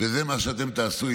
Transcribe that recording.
וזה מה שאתם תעשו,